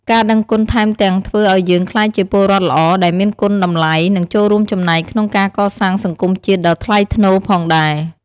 ការដឹងគុណថែមទាំងធ្វើឱ្យយើងក្លាយជាពលរដ្ឋល្អដែលមានគុណតម្លៃ និងចូលរួមចំណែកក្នុងការកសាងសង្គមជាតិដ៏ថ្លៃថ្នូរផងដែរ។